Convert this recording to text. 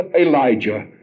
Elijah